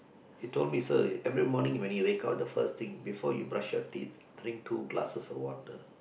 he told me sir every morning when you wake up the first thing before you brush your teeth drink two glasses of water